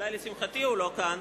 אולי לשמחתי הוא לא כאן.